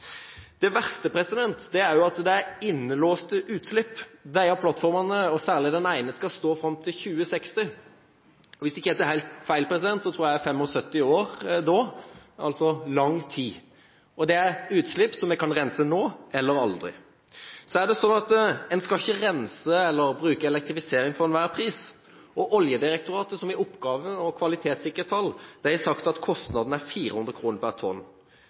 Det verste er at det er innelåste utslipp. Disse plattformene, og særlig den ene, skal stå fram til 2060, og hvis jeg ikke tar helt feil, er det da 75 år, altså lang tid. Det er utslipp som vi kan rense nå eller aldri. En skal ikke rense eller bruke elektrifisering for enhver pris. Oljedirektoratet, som har som oppgave å kvalitetssikre tall, har sagt at kostnadene er 400 kr per tonn.